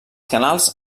canals